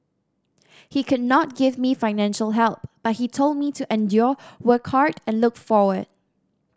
he could not give me financial help but he told me to endure work hard and look forward